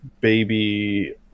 baby